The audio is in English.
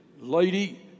Lady